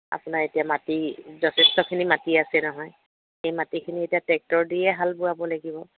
আপোনাৰ এতিয়া মাটি যথেষ্টখিনি মাটি আছে নহয় সেই মাটিখিনি এতিয়া টেক্টৰ দিয়েই হাল বোৱাব লাগিব